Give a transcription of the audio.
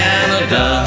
Canada